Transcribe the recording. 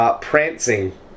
Prancing